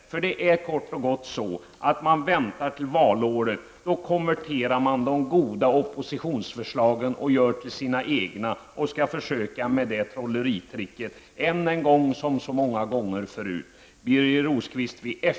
Det är kort och gott så att man väntar på valåret. Då konverterar man de goda oppositionsförslagen till sina egna. Man kommer än en gång, som så många gånger förut, att försöka med detta trolleritrick. Birger Rosqvist!